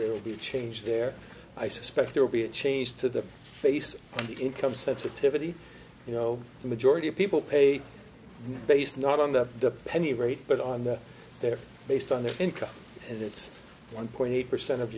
there will be a change there i suspect there will be a change to the base income sensitivity you know the majority of people pay based not on the dependent rate but on that they're based on their income and it's one point eight percent of